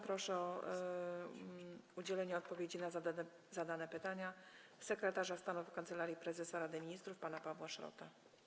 Proszę o udzielenie odpowiedzi na zadane pytania sekretarza stanu w Kancelarii Prezesa Rady Ministrów pana Pawła Szrota.